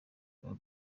maze